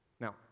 Now